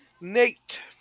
Nate